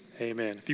Amen